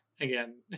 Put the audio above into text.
again